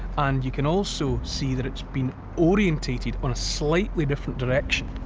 and you can also see that it's been orientated on a slightly different direction.